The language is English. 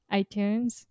iTunes